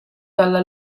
dalla